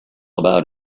about